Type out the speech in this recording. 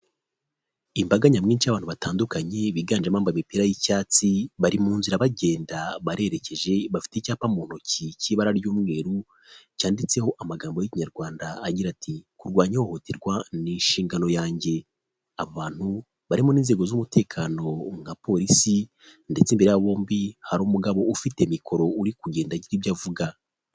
Imbaga nyamwinshi y'abantu batandukanye biganjemo abambaye imipira y'icyatsi bari mu nzira bagenda barererekeje bafite icyapa mu ntoki cy'ibara ry'umweru cyanditseho amagambo y'ikinyarwanda agira ati ''kurwanya ihohoterwa ni inshingano yanjye'' abantu barimo n'inzego z'umutekano nka polisi ndetse imbere yabo bombi hari umugabo ufite mikoro uri kugenda agira ibyo avuga.